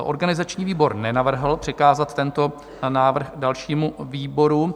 Organizační výbor nenavrhl přikázat tento návrh dalšímu výboru.